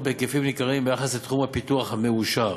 בהיקפים ניכרים ביחס לתחום הפיתוח המאושר,